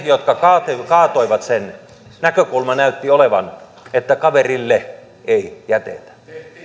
jotka kaatoivat kaatoivat yhteiskuntasopimuksen näkökulma näytti olevan että kaverille ei jätetä